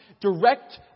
direct